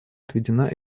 отведена